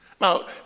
Now